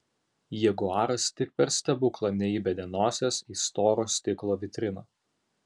jaguaras tik per stebuklą neįbedė nosies į storo stiklo vitriną